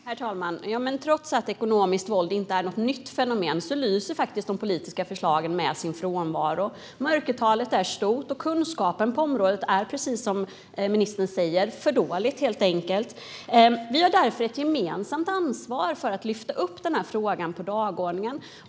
Herr talman! Trots att ekonomiskt våld inte är något nytt fenomen lyser de politiska förslagen med sin frånvaro. Mörkertalet är stort, och kunskapen på området är, precis som ministern säger, helt enkelt för dålig. Vi har därför ett gemensamt ansvar att lyfta upp frågan på dagordningen.